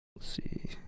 see